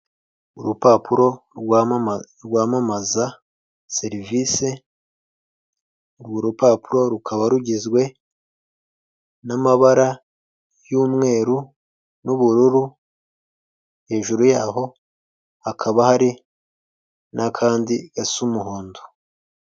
Urupapuro rwamamaza serivise, urwo rupapuro rukaba rugizwe n'amabara y'umweru n'ubururu, hejuru yaho hakaba hari n'akandi gasa umuhondo.